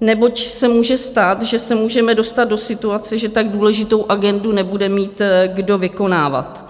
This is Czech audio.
neboť se může stát, že se můžeme dostat do situace, že tak důležitou agendu nebude mít kdo vykonávat.